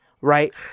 right